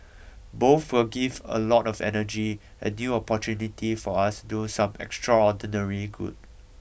both will give a lot of energy and new opportunity for us do some extraordinary good